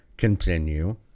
continue